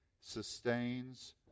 sustains